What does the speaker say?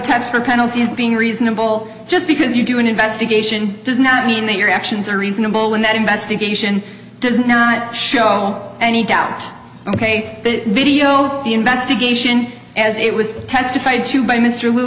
test for penalties being reasonable just because you do an investigation does not mean that your actions are reasonable and that investigation does not show any doubt ok the video the investigation as it was testified to by mr